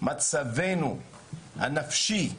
מצבנו הנפשי,